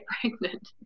pregnant